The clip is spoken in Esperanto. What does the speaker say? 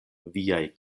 viaj